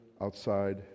outside